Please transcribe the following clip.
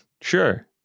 sure